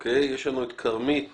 לנו את כרמית